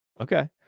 Okay